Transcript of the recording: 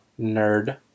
nerd